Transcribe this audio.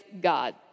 God